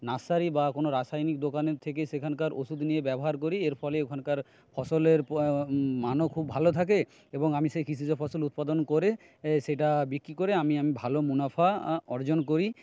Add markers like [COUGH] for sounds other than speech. nursery বা কোনো রাসায়নিক দোকানের থেকে সেখানকার ওষুধ নিয়ে ব্যবহার করি এর ফলে ওখানকার ফসলের [UNINTELLIGIBLE] মানও খুব ভালো থাকে এবং আমি সেই কৃষিজ ফসল উৎপাদন করে সেটা বিক্রি করে আমি আমি ভালো মুনাফা অর্জন করি